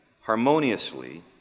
harmoniously